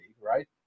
right